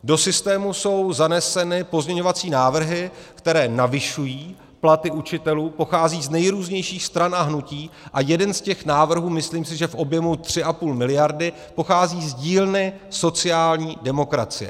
Do systému jsou zaneseny pozměňovací návrhy, které navyšují platy učitelů, pocházejí z nejrůznějších stran a hnutí, a jeden z těch návrhů, myslím si, že v objemu 3,5 mld., pochází z dílny sociální demokracie.